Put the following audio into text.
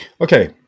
Okay